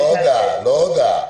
לא הודעה.